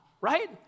right